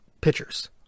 pitchers